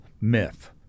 myth